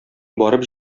барып